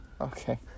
Okay